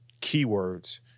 keywords